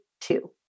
two